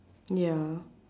ya